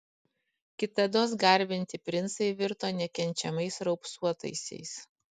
kitados garbinti princai virto nekenčiamais raupsuotaisiais